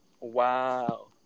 Wow